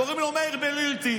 קוראים לו מאיר בלילתי.